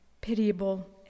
pitiable